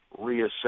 reassess